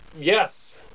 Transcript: Yes